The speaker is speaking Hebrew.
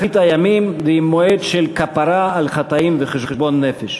הימים ועם מועד של כפרה על חטאים וחשבון נפש.